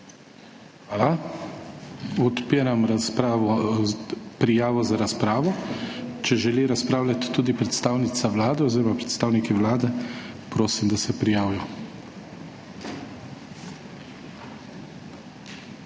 Hvala. Odpiram prijavo za razpravo. Če želi razpravljati tudi predstavnica Vlade oziroma predstavniki Vlade, prosim, da se prijavijo.